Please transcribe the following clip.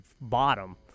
bottom